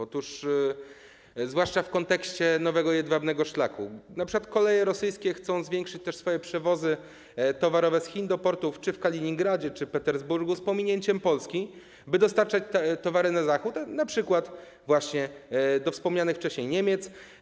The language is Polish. Otóż zwłaszcza w kontekście wytyczania nowego jedwabnego szlaku np. koleje rosyjskie chcą zwiększyć przewozy towarowe z Chin do portów czy w Kaliningradzie, czy Petersburgu z pominięciem Polski, tak by dostarczać towary na Zachód, np. właśnie do wspomnianych wcześniej Niemiec.